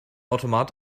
automat